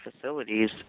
facilities